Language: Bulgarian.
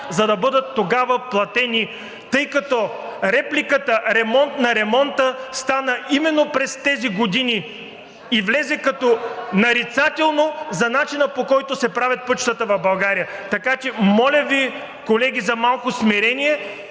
за да бъдат тогава платени, тъй като репликата „ремонт на ремонта“ стана именно през тези години и влезе като нарицателно за начина, по който се правят пътищата в България. Моля Ви, колеги, за малко смирение